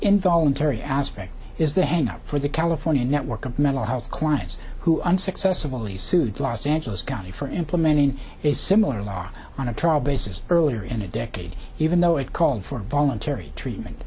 involuntary aspect is the hang up for the california network of mental health clients who unsuccessfully sued los angeles county for implementing a similar law on a trial basis earlier in a decade even though it called for involuntary treatment